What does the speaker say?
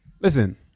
Listen